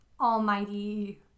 almighty